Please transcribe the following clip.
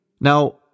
Now